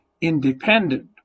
independent